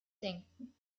denken